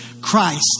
Christ